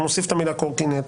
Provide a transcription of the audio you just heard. אנחנו נוסיף את המילה "קורקינט",